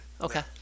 okay